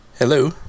Hello